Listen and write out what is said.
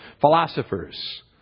philosophers